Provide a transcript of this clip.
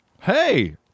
Hey